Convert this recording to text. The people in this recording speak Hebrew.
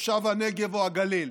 תושב הנגב או הגליל